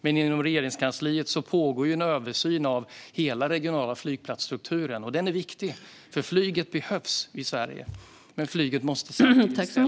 Men inom Regeringskansliet pågår en översyn av hela den regionala flygplatsstrukturen. Den är viktig, för flyget behövs i Sverige. Men flyget måste ställa om.